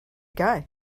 guy